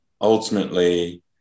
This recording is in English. ultimately